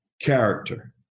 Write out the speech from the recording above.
character